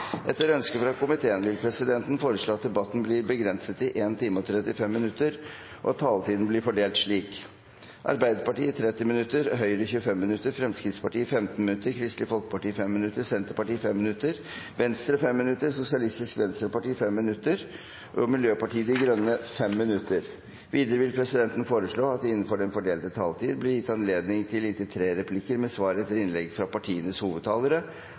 Etter ønske fra kommunal- og forvaltningskomiteen vil presidenten foreslå at debatten blir begrenset til 1 time og 35 minutter, og at taletiden blir fordelt slik: Arbeiderpartiet 30 minutter, Høyre 25 minutter, Fremskrittspartiet 15 minutter, Kristelig Folkeparti 5 minutter, Senterpartiet 5 minutter, Venstre 5 minutter, Sosialistisk Venstreparti 5 minutter og Miljøpartiet De Grønne 5 minutter. Videre vil presidenten foreslå at det – innenfor den fordelte taletid – blir gitt anledning til inntil tre replikker med svar etter innlegg fra partienes hovedtalere